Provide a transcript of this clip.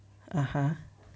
(uh huh)